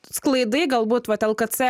sklaidai galbūt vat lkc